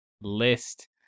list